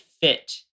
fit